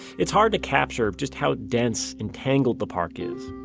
it's hard to capture just how dense and tangled the park is.